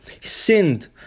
sinned